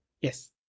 Yes